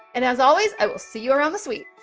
and as always, i will see you around the suite.